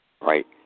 right